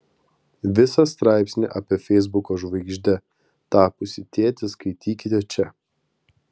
visą straipsnį apie feisbuko žvaigžde tapusį tėtį skaitykite čia